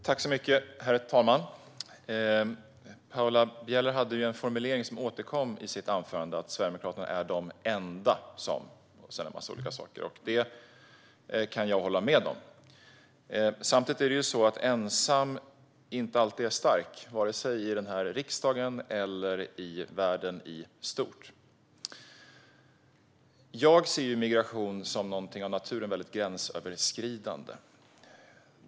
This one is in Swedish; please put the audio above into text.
Herr talman! Paula Bieler hade en formulering som återkom i anförandet, nämligen att Sverigedemokraterna är det enda parti som gör en massa olika saker. Det kan jag hålla med om. Samtidigt är det så att ensam inte alltid är stark, vare sig här i riksdagen eller i världen i stort. Jag ser migration som någonting av naturen väldigt gränsöverskridande.